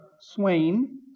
Swain